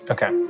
Okay